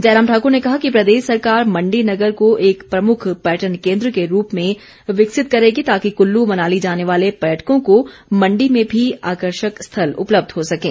जयराम ठाकुर ने कहा कि प्रदेश सरकार मण्डी नगर को एक प्रमुख पर्यटन केन्द्र के रूप में विकसित करेगी ताकि कुल्लू मनाली जाने वाले पर्यटकों को मण्डी में भी आकर्षक स्थल उपलब्ध हो सकें